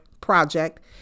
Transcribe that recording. project